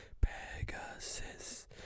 Pegasus